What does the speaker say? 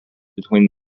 between